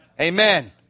Amen